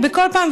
בכל פעם,